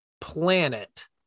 planet